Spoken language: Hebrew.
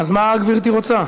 אז מה גברתי רוצה?